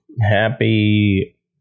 happy